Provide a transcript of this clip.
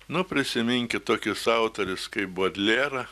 nu prisiminkit tokius autorius kaip bodlerą